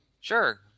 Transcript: Sure